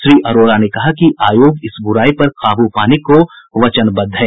श्री अरोड़ा ने कहा कि आयोग इस बुराई पर काबू पाने को वचनबद्ध है